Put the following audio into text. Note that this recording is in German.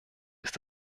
ist